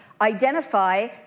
identify